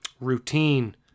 routine